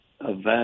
event